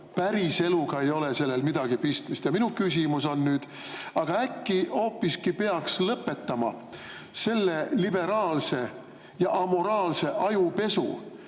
Päriseluga ei ole sellel midagi pistmist. Minu küsimus on: aga äkki hoopiski peaks lõpetama selle liberaalse ja amoraalse ajupesu,